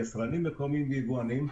יצרנים מקומיים ויבואנים.